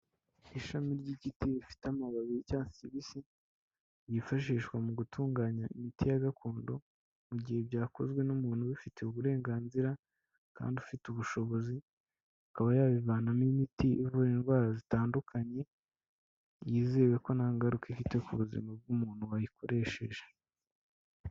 Ishami ry'igiti rifite amababi y'icyatsi kibisi, ryifashishwa mu gutunganya imiti ya gakondo, mu gihe byakozwe n'umuntu ubifitiye uburenganzira kandi ufite ubushobozi, akaba yabivanamo imiti ivura indwara zitandukanye, yizewe ko nta ngaruka ifite ku buzima bw'umuntu wayikoresheje.